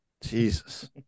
Jesus